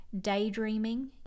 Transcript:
Daydreaming